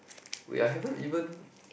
wait I haven't even